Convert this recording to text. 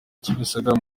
kimisagara